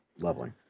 lovely